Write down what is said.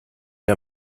der